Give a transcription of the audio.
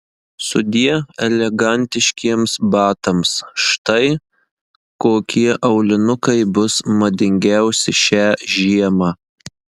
sudie elegantiškiems batams štai kokie aulinukai bus madingiausi šią žiemą